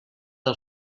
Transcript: del